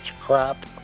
crap